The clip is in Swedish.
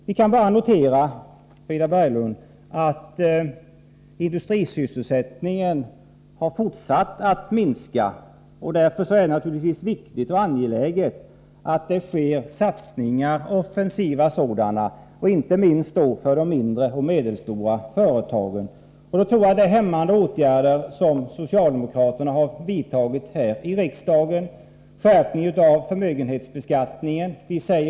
Vi kan bara notera, Frida Berglund, att industrisysselsättningen har fortsatt att minska. Därför är det både viktigt och angeläget att vidta offensiva satsningar — inte minst för de mindre och medelstora företagen. Socialdemokraterna har genomfört hämmande åtgärder, såsom en skärpning av förmögenhetsbeskattningen.